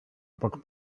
book